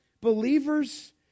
believers